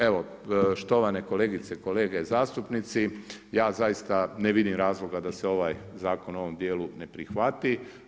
Evo štovane kolegice i kolege zastupnici, ja zaista ne vidim razloga da se ovaj zakon u ovome dijelu ne prihvati.